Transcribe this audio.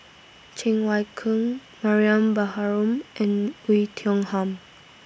Cheng Wai Keung Mariam Baharom and Oei Tiong Ham